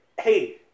Hey